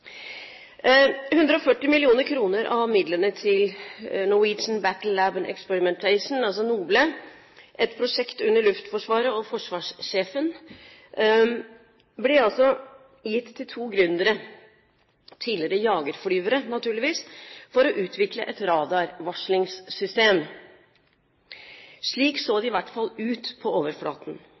Norwegian Battle Lab & Experimentation, altså NOBLE, et prosjekt under Luftforsvaret og forsvarssjefen, ble altså gitt til to gründere – tidligere jagerflyvere, naturligvis – for å utvikle et radarvarslingssystem. Slik så det iallfall ut på overflaten.